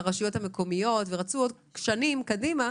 לרשויות המקומיות ורצו עוד שנים קדימה,